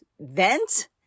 vent